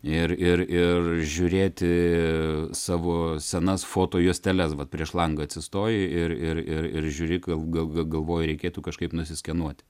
ir ir ir žiūrėti savo senas fotojuosteles vat prieš langą atsistoji ir ir ir ir žiūri gal ga ga galvoji reikėtų kažkaip nusiskenuoti